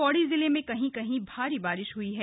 पौड़ी जिले में भी कहीं कहीं भारी बारिश हई है